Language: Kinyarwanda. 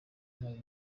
intare